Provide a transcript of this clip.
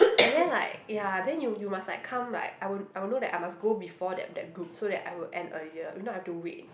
and then like ya then you you must like come like I will I will know that I must go before that that group so that I will end earlier if not I have to wait